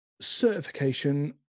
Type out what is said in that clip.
certification